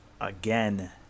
again